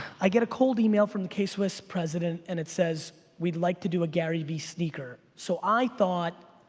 i get a cold email from the k-swiss president, and it says we'd like to do a gary v sneaker. so i thought,